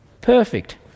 perfect